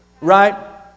right